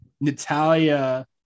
Natalia